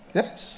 yes